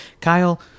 Kyle